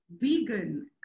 vegan